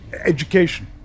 education